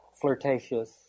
flirtatious